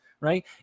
right